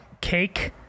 cake